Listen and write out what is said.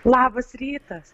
labas rytas